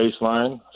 baseline